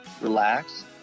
relax